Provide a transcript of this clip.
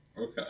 Okay